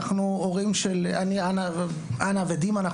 אנחנו אנה ודימה,